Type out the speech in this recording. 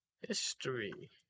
history